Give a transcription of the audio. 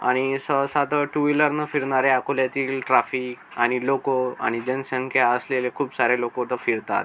आणि सहसा तर टू व्हीलरनं फिरणाऱ्या अकोल्यातील ट्राफिक आणि लोकं आणि जनसंख्या असलेले खूप सारे लोकोटं फिरतात